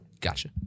Gotcha